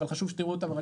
אבל חשוב שתראו אותם.